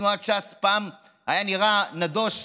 בתנועת ש"ס פעם היה נראה נדוש,